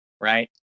right